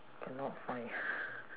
cannot find